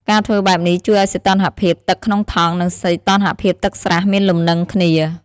ការធ្វើបែបនេះជួយឲ្យសីតុណ្ហភាពទឹកក្នុងថង់ និងសីតុណ្ហភាពទឹកស្រះមានលំនឹងគ្នា។